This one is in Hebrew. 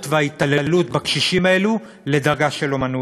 וההתעללות בקשישים האלה לדרגה של אמנות.